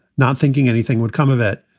not thinking anything would come of it.